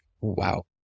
Wow